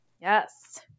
Yes